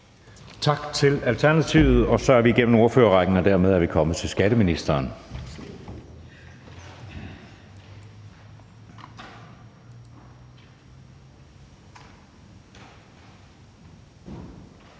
Tak til Alternativets ordfører. Så er vi igennem ordførerrækken, og dermed er vi kommet til skatteministeren.